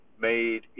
made